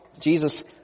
Jesus